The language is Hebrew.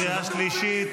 תתבשמו.